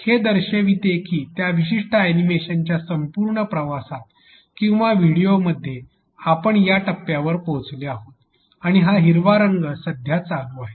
हे दर्शविते की त्या विशिष्ट अॅनिमेशनच्या संपूर्ण प्रवासात किंवा व्हिडिओ मध्ये आपण या टप्प्यावर पोहोचलो आहोत आणि हा हिरवा रंग सध्या चालू आहे